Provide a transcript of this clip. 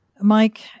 Mike